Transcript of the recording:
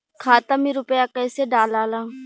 खाता में रूपया कैसे डालाला?